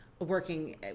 working